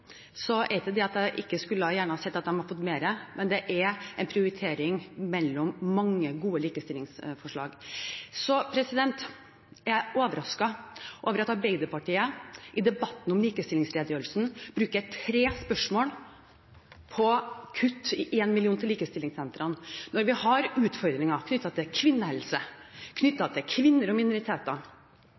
Så er jeg overrasket over at Arbeiderpartiet i debatten om likestillingsredegjørelsen bruker tre spørsmål på kutt på 1 mill. kr til likestillingssentrene når vi har utfordringer knyttet til kvinnehelse, knyttet til kvinner og minoriteter,